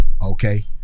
okay